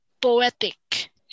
poetic